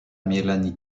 melanie